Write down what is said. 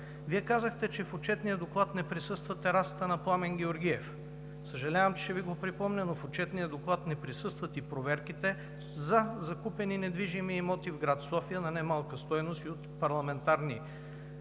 Вие казахте, че в него не присъства терасата на Пламен Георгиев. Съжалявам, че ще Ви го припомня, но в Отчетния доклад не присъстват и проверките за закупени недвижими имоти в град София на немалка стойност и от парламентарни